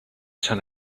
ten